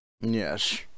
Yes